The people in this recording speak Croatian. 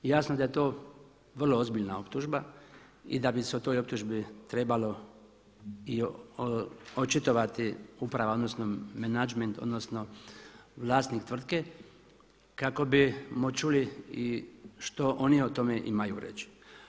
I jasno da je to vrlo ozbiljna optužba i da bi se o toj optužbi trebalo i očitovati uprava, odnosno menadžment, odnosno vlasnik tvrtke kako bimo čuli i što oni o tome imaju reći.